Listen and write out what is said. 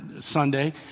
Sunday